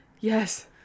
Yes